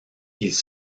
ils